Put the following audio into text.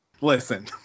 Listen